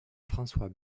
françois